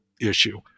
issue